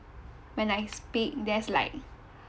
when I speak there's like